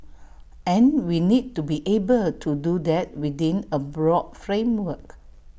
and we need to be able to do that within A broad framework